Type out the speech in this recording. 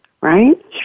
right